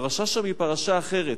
הפרשה שם היא פרשה אחרת.